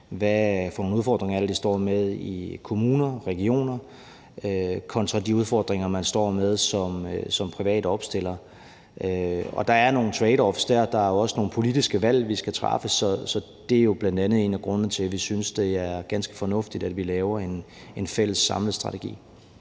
er for nogle udfordringer, de står med i kommunerne og regionerne, kontra de udfordringer, man står med som privat opstiller. Der er nogle tradeoffs der, og der er også nogle politiske valg, vi skal træffe, og det er jo bl.a. en af grundene til, at vi synes, det er ganske fornuftigt, at vi laver en fælles samlet strategi.